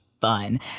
fun